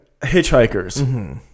Hitchhikers